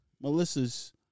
Melissa's